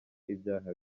ibyaha